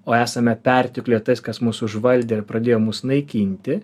o esame pertekliuje tas kas mus užvaldė ir pradėjo mus naikinti